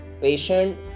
patient